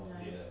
now